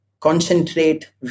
concentrate